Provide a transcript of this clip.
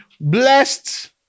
blessed